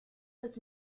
was